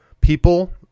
People